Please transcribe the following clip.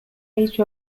age